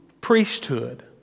priesthood